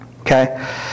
Okay